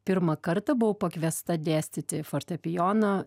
pirmą kartą buvau pakviesta dėstyti fortepijoną